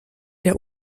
der